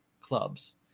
clubs